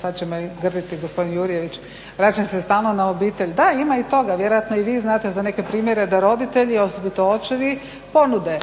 sad će me grditi gospodin Jurjević, vraćam se stalno na obitelj. Da, ima i toga, vjerojatno i vi znate za neke primjere da roditelji, osobito očevi, ponude